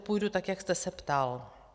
Půjdu tak, jak jste se ptal.